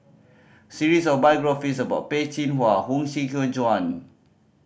series of biographies about Peh Chin Hua Huang Shiqi Joan